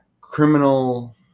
criminal